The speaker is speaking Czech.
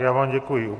Já vám děkuji.